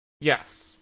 Yes